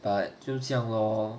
but 就这样咯